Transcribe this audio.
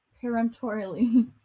peremptorily